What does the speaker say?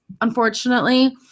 unfortunately